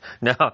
no